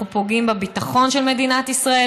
אנחנו פוגעים בביטחון של מדינת ישראל